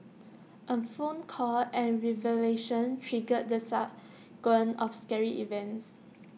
A phone call and revelation triggered the sequence of scary events